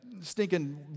stinking